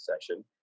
session